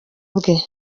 bwe